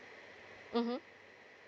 mmhmm